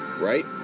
right